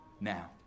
now